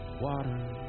Water